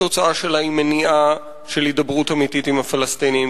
התוצאה שלה היא מניעה של הידברות אמיתית עם הפלסטינים,